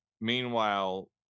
meanwhile